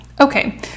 Okay